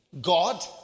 God